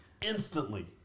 instantly